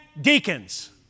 deacons